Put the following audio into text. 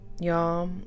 y'all